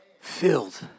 Filled